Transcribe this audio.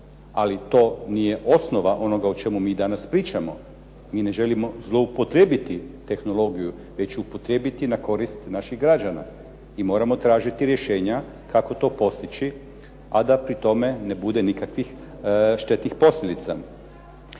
Ali to nije osnova onoga o čemu mi danas pričamo. Mi ne želimo zloupotrijebiti tehnologiju, već upotrijebiti na korist naših građana. I moramo tražiti rješenja kako to postići, a da pri tome ne bude nikakvih štetnih posljedica.